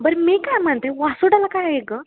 बरं मी काय म्हणते वासोटाला काय आहे का